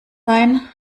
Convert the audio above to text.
sein